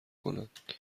کنند